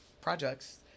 projects